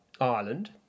Ireland